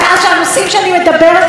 ולא נעשה דבר?